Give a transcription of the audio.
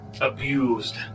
abused